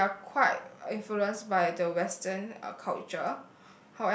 uh we are quite influenced by the Western uh culture